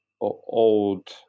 old